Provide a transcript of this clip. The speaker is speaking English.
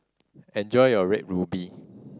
enjoy your Red Ruby